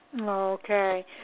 Okay